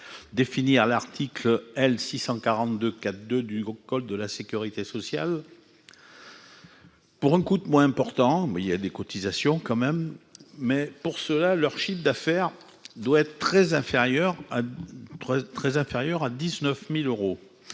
défini à l'article L 642 cas de du groupe, code de la sécurité sociale, pour un coût moins important, mais il y a des cotisations quand même, mais pour cela, leur chiffre d'affaires doit être très inférieur à trois très